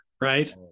right